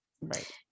Right